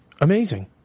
amazing